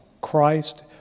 Christ